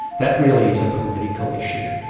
that really is a political issue.